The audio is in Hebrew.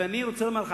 ואני רוצה לומר לך,